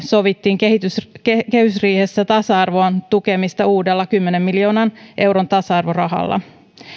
sovittiin kehysriihessä tasa arvon tukemisesta uudella kymmenen miljoonan euron tasa arvorahalla